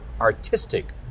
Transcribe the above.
artistic